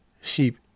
sheep